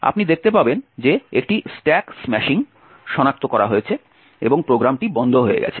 আপনি দেখতে পাবেন যে একটি স্ট্যাক স্ম্যাশিং সনাক্ত করা হয়েছে এবং প্রোগ্রামটি বন্ধ হয়ে গেছে